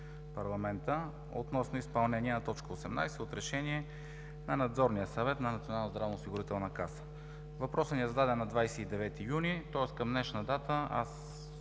парламента относно изпълнение на т. 18 от Решение на Надзорния съвет на НЗОК. Въпросът ни е зададен на 29 юни, тоест към днешна дата